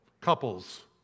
Couples